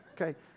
Okay